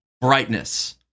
brightness